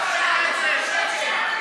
סגן שר האוצר,